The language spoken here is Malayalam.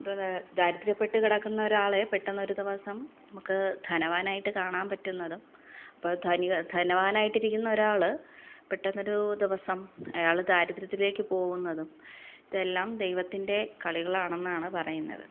ദാരിദ്ര്യപ്പെട്ട് കിടക്കുന്ന ഒരാളെ പെട്ടെന്ന് ഒരു ദിവസം നമുക്ക് ധനവാനായിട്ട് കാണാൻ പറ്റുന്നതും അപ്പം ധനിക ധനവാനായിട്ട് ഇരിക്കുന്ന ഒരാൾ പെട്ടെന്ന് ഒരു ദിവസം അയാൾ ദാരിദ്രത്തിലേക്ക് പോകുന്നതും ഇതെല്ലാം ദൈവത്തിൻ്റെ കളികളാണെന്നാണ് പറയുന്നത്